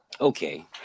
Okay